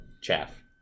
Chaff